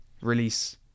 release